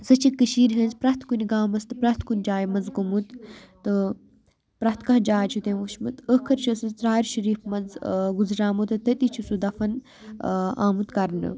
سُہ چھِ کٔشیٖرِ ہٕنٛز پرٛٮ۪تھ کُنہِ گامَس تہٕ پرٛٮ۪تھ کُنہِ جایہِ منٛز گوٚمُت تہٕ پرٛٮ۪تھ کانٛہہ جاے چھُ تٔمۍ وُچھمُت ٲخٕر چھِ سُہ ژرارِ شریٖف منٛز گُزریومُت تہٕ تٔتی چھُ سُہ دَفَن آمُت کَرنہٕ